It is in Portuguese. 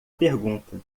pergunta